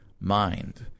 mind